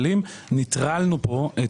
ובין אם זה בהוצאת היתרי